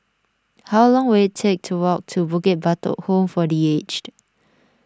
how long will it take to walk to Bukit Batok Home for the Aged